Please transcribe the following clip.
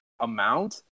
amount